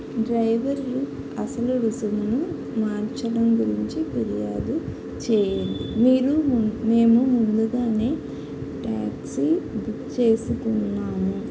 డ్రైవర్లు అసలు రుసుమును మార్చడం గురించి ఫిర్యాదు చేయండి మీరు మేము ముందుగా ట్యాక్సీ బుక్ చేసుకున్నాము